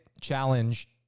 challenge